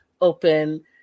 open